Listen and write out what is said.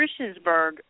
Christiansburg